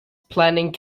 planning